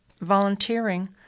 volunteering